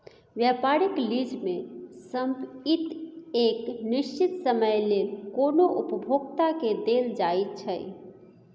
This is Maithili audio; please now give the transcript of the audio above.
व्यापारिक लीज में संपइत एक निश्चित समय लेल कोनो उपभोक्ता के देल जाइ छइ